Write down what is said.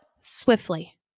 swiftly